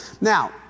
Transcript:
Now